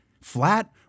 Flat